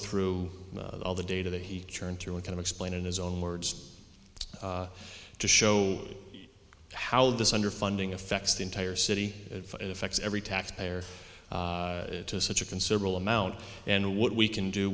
through all the data that he churned through in kind of explain in his own words to show how this underfunding affects the entire city affects every taxpayer to such a considerable amount and what we can do